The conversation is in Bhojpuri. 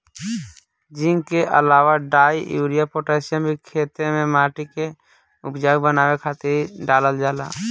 जिंक के अलावा डाई, यूरिया, पोटैशियम भी खेते में माटी के उपजाऊ बनावे खातिर डालल जाला